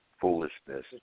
foolishness